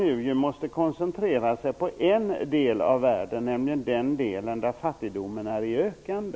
Nu måste man koncentrera sig på en del av världen, nämligen den del där fattigdomen är i ökande.